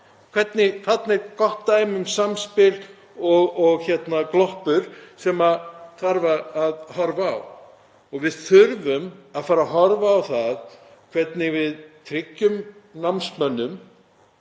er gott dæmi um samspil og gloppur sem þarf að horfa á. Við þurfum að fara að horfa á hvernig við tryggjum námsmönnum